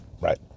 right